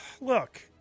look